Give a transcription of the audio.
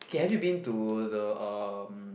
K have to been to the um